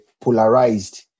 polarized